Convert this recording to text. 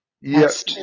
Yes